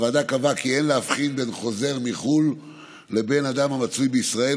הוועדה קבעה כי אין להבחין בין חוזר מחו"ל לבין אדם המצוי בישראל,